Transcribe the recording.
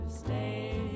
Stay